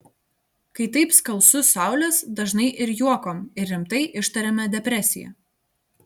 kai taip skalsu saulės dažnai ir juokom ir rimtai ištariame depresija